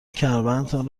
کمربندتان